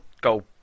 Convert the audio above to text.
go